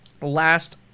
last